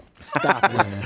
Stop